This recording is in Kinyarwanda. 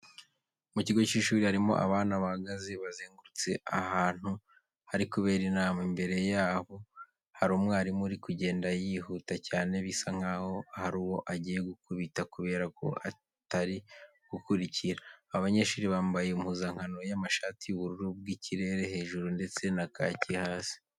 Mu kigo cy'ishuri harimo abana bahagaze bazengurutse ahantu hari kubera inama. Imbere yabo hari umwarimu uri kugenda yihuta cyane bisa nkaho hari uwo agiye gukubita kubera ko atari gukurikira. Aba banyeshuri bambaye impuzankano y'amashati y'ubururu bw'ikirere hejuru ndetse na kaki hasi.